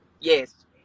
Yes